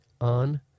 on